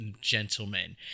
gentlemen